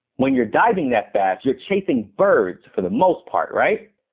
when you're diving that fast, you're chasing birds, for the most part, right?